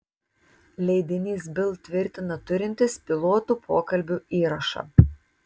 leidinys bild tvirtina turintis pilotų pokalbių įrašą